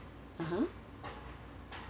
(uh huh)